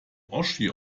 oschi